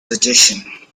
suggestion